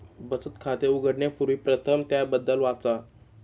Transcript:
बचत खाते उघडण्यापूर्वी प्रथम त्याबद्दल वाचा